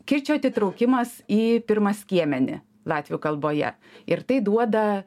kirčio atitraukimas į pirmą skiemenį latvių kalboje ir tai duoda